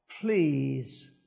please